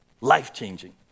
Life-changing